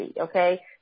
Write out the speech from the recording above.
okay